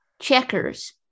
checkers